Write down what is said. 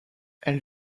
elle